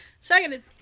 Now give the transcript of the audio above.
seconded